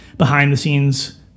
behind-the-scenes